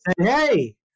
hey